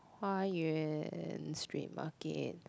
Hua Yuan street market